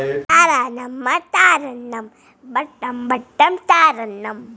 ಕುರಿಯಿಂದ ನಮಗೆ ಮಾಂಸ ಹೊದಿಕೆ ತಯಾರಿಸಲು ಉಣ್ಣೆ ಸಿಗ್ತದೆ ಅಲ್ಲದೆ ಗೊಬ್ಬರ ಚರ್ಮ ಹಾಲು ದೊರಕ್ತವೆ